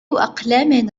أقلام